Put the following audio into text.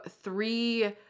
three